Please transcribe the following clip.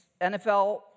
NFL